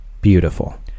Beautiful